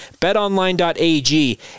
BetOnline.ag